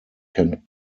can